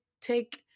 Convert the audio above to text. take